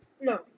No